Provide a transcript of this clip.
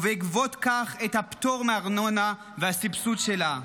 ובעקבות זאת את הפטור מארנונה והסבסוד שלה,